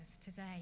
today